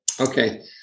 Okay